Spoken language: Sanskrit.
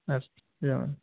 अस्तु एवम्